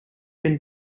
been